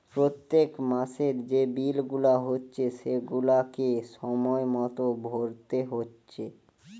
পোত্তেক মাসের যে বিল গুলা হচ্ছে সেগুলাকে সময় মতো ভোরতে হচ্ছে